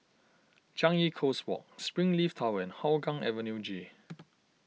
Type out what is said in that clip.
Changi Coast Walk Springleaf Tower and Hougang Avenue G